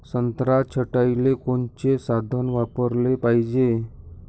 संत्रा छटाईले कोनचे साधन वापराले पाहिजे?